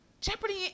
Jeopardy